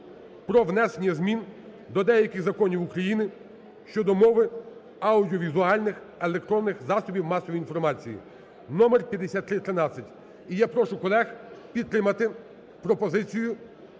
про внесення змін до деяких законів України щодо мови аудіовізуальних (електронних) засобів масової інформації (номер 5313). І я прошу колег підтримати пропозицію